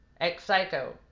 ex-psycho